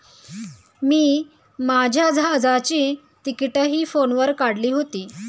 मी माझ्या जहाजाची तिकिटंही फोनवर काढली होती